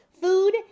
food